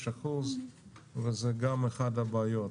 וזו גם אחת הבעיות.